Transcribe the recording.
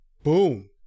Boom